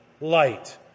light